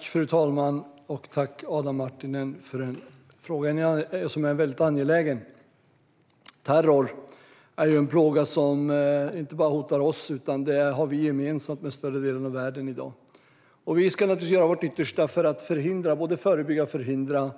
Fru talman! Tack, Adam Marttinen, för en fråga som är mycket angelägen! Terror är en plåga som inte bara hotar oss, utan vi har det hotet gemensamt med större delen av världen i dag. Vi ska naturligtvis göra vårt yttersta för att både förebygga och förhindra